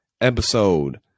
episode